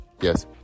Yes